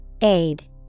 Aid